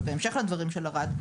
ובהמשך לדברים של ערד,